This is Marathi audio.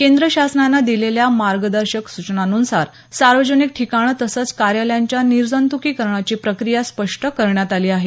केंद्र शासनानं दिलेल्या मार्गदर्शक सूचनांनुसार सार्वजनिक ठिकाणं तसंच कार्यालयांच्या निर्जंतुकीकरणाची प्रक्रिया स्पष्ट करण्यात आली आहे